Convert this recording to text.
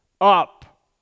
up